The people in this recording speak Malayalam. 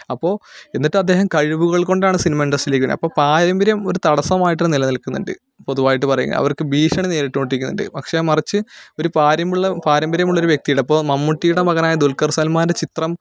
അപ്പോൾ എന്നിട്ട് അദ്ദേഹം കഴിവുകൾ കൊണ്ടാണ് സിനിമ ഇൻഡസ്ട്രിയിലേക്ക് വരുന്നത് അപ്പോൾ പാരമ്പര്യം ഒരു തടസ്സമായിട്ട് നിലനിൽക്കുന്നുണ്ട് പൊതുവായിട്ട് പറയുകയാണ് അവർക്ക് ഭീഷണി നേരിട്ടു കൊണ്ടിരിക്കുന്നുണ്ട് പക്ഷേ മറിച്ച് ഒരു പാര്യം ഉള്ള പാരമ്പര്യമുള്ള ഒരു വ്യക്തിയുടെ ഇപ്പോൾ മമ്മൂട്ടിയുടെ മകനായ ദുൽഖർ സൽമാൻ്റെ ചിത്രം